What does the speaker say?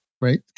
Right